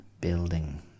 building